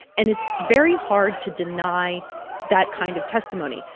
and it's very hard to deny that kind of testimony.